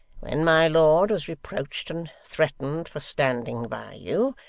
when my lord was reproached and threatened for standing by you,